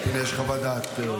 הינה, יש חוות דעת.